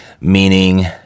meaning